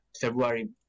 February